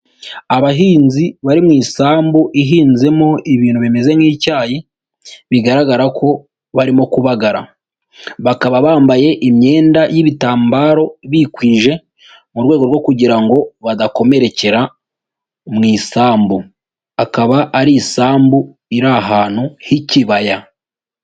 Abahinzi bari mu isambu ihinzemo ibintu bimeze nk'icyayi, bigaragara ko barimo kubagara, bakaba bambaye imyenda y'ibitambaro bikwije mu rwego rwo kugira ngo badakomerekera mu isambu, akaba ari isambu iri ahantu h'ikibaya.